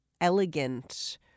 elegant